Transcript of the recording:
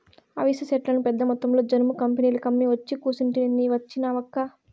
అవిసె సెట్లను పెద్దమొత్తంలో జనుము కంపెనీలకమ్మి ఒచ్చి కూసుంటిని నీ వచ్చినావక్కా